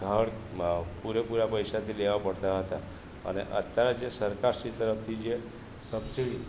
ધળ પૂરેપૂરા પૈસાથી લેવા પડતા હતા અને અતારે જે સરકાર શ્રી તરફથી જે સબસીડી